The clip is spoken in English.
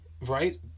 right